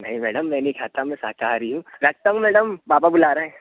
नहीं मैडम मैं नहीं खाता मैं शाकाहारी हूँ राखता हूँ मैडम पापा बुला रहे हैं